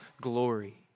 glory